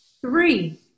Three